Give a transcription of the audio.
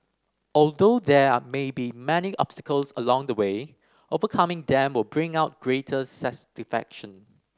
although there are may be many obstacles along the way overcoming them will bring out greater